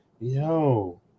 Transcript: Yo